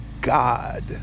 God